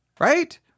Right